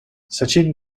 sachin